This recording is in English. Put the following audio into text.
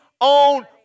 own